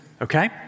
okay